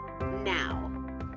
now